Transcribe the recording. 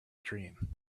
dream